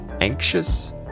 Anxious